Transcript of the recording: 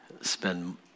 spend